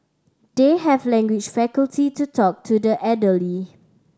they have language faculty to talk to the elderly